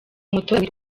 umutoza